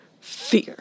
Fear